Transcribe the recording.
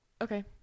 Okay